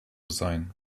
sein